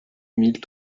mille